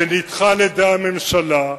זה נדחה על-ידי הממשלה,